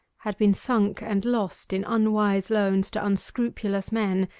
had been sunk and lost in unwise loans to unscrupulous men,